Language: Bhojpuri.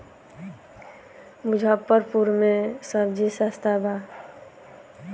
मुजफ्फरपुर में सबजी सस्ता बा